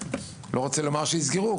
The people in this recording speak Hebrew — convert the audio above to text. לא רוצה לומר שיסגרו,